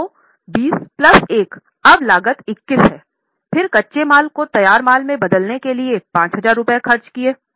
तो 20 प्लस 1 अब लागत 21 है फिर कच्चे माल को तैयार माल में बदलने के लिए 5000 रुपये खर्च करते हैं